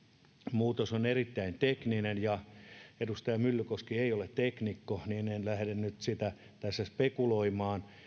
muutos on erittäin tekninen eikä edustaja myllykoski ole teknikko en lähde sitä nyt tässä spekuloimaan